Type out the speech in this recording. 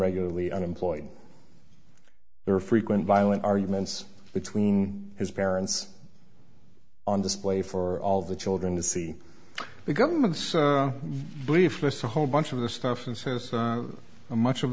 regularly unemployed their frequent violent arguments between his parents on display for all the children to see the government's belief lists a whole bunch of the stuff and says much of